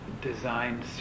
designed